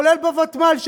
כולל בוותמ"ל,